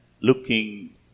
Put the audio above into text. looking